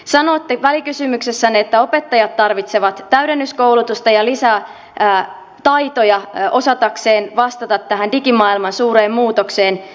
sanotte välikysymyksessänne että opettajat tarvitsevat täydennyskoulutusta ja lisää taitoja osatakseen vastata tähän digimaailman suureen muutokseen